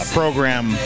program